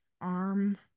arm